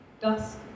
Dusk